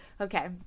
Okay